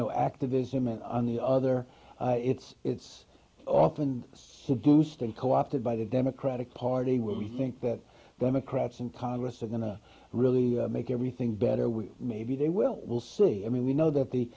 know activism and on the other it's it's often seduced and co opted by the democratic party will be think that democrats in congress are going to really make everything better we maybe they will we'll see i mean we know that the